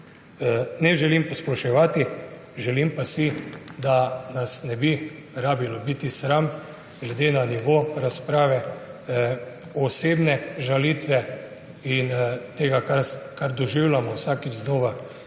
Ne želim posploševati, želim pa si, da nas ne bi rabilo biti sram glede na nivo razprave, osebnih žalitev in tega, kar doživljamo vsakič znova.